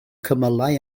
cymylau